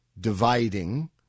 dividing